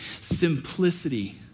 Simplicity